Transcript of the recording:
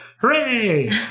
hooray